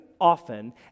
often